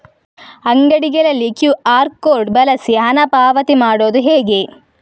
ಅಂಗಡಿಗಳಲ್ಲಿ QR code ಬಳಸಿ ಹಣ ಪಾವತಿ ಮಾಡೋದು ಹೇಗೆ?